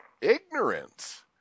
ignorance